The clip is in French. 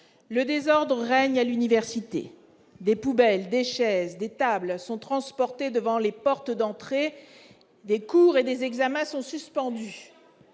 le désordre règne à l'université. Des poubelles, des chaises, des tables sont transportées devant les portes d'entrée ; des cours et des examens sont suspendus.